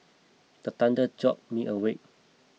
the thunder jolt me awake